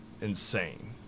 insane